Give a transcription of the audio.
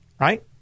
Right